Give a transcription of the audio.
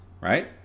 right